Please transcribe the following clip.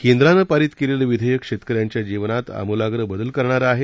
केंद्रानं पारीत केलेलं विधेयक शेतकऱ्यांच्या जीवनांत अमूलाग्र बदल करणारं आहे